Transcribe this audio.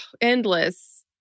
endless